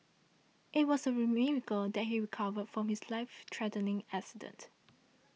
it was a miracle that he recovered from his life threatening accident